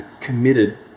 committed